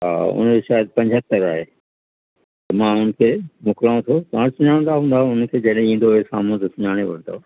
हा हुनजो शायदि पंजहतर आहे मां हुनखे मोकिलियांव थो तव्हां सुञाणंदा हूंदा हुनखे जॾहिं ईंदो साम्हूं त सुञाणे वठंदव